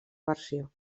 versió